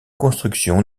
construction